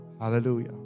Hallelujah